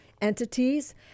entities